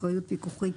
אחריות פיקוחית,